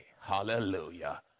Hallelujah